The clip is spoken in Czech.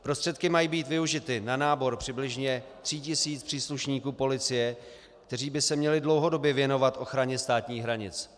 Prostředky mají být využity na nábor přibližně 3000 příslušníků policie, kteří by se měli dlouhodobě věnovat ochraně státních hranic.